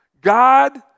God